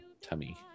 tummy